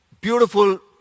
Beautiful